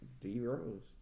D-Rose